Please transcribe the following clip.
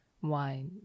Why